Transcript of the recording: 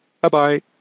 Bye-bye